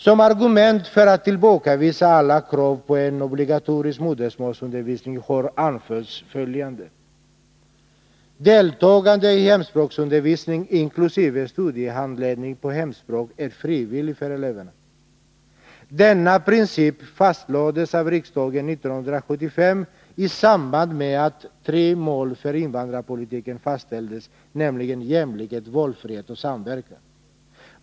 Som argument för att tillbakavisa alla krav på en obligatorisk modersmålsundervisning har anförts följande: Deltagande i hemspråksundervisning inkl. studiehandledning på hemspråk är frivillig för eleverna. Denna princip fastlades av riksdagen 1975 i samband med att tre mål för invandrarpolitiken fastställdes, nämligen jämlikhet, valfrihet och samverkan.